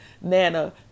Nana